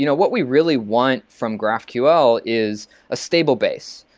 you know what we really want from graphql is a stable base.